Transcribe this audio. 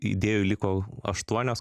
idėjų liko aštuonios